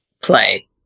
play